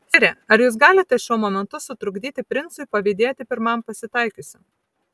sire ar jūs galite šiuo momentu sutrukdyti princui pavydėti pirmam pasitaikiusiam